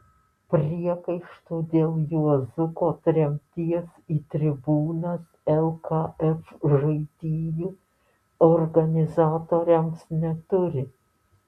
priekaištų dėl juozuko tremties į tribūnas lkf žaidynių organizatoriams neturi